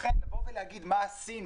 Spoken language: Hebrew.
לכן להגיד מה עשינו,